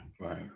Right